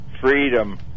freedom